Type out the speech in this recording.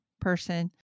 person